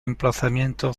emplazamiento